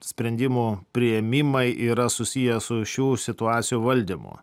sprendimų priėmimai yra susiję su šių situacijų valdymu